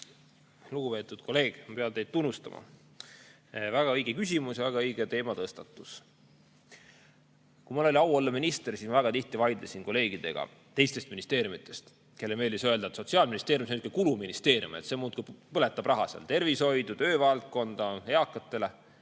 Lugupeetud kolleeg, ma pean teid tunnustama: väga õige küsimus ja väga õige teematõstatus! Kui mul oli au olla minister, siis ma väga tihti vaidlesin kolleegidega teistest ministeeriumidest, kellele meeldis öelda, et Sotsiaalministeerium on ainult kuluministeerium, see muudkui põletab raha – tervishoidu, töövaldkonda, eakatele.